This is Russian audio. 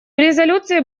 резолюции